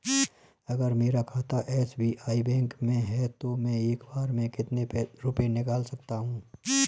अगर मेरा खाता एस.बी.आई बैंक में है तो मैं एक बार में कितने रुपए निकाल सकता हूँ?